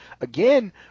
again